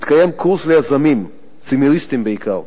התקיים קורס ליזמים, צימריסטים בעיקר,